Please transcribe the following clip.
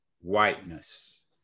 whiteness